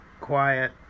quiet